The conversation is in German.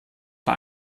bei